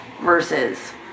versus